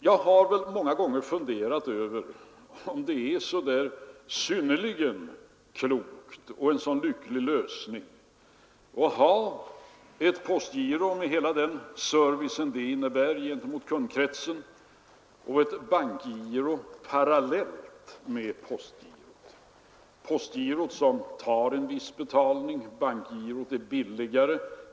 Jag har många gånger funderat över om det är så synnerligen klokt att ha ett postgiro med hela dess service till kundkretsen och ett bankgiro parallellt med varandra. Postgirot tar en viss betalning för sina tjänster, medan bankgirot är billigare.